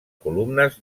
columnes